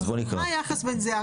מה היחס בין זה?